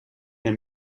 een